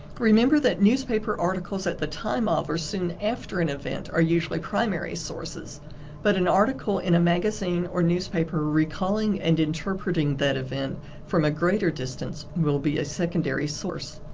remember that newspaper articles at the time of or soon after an event are usually primary sources but an article in a magazine or newspaper recalling and interpreting that event from a greater distance will be a secondary source.